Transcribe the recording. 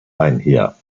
einher